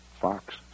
fox